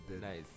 Nice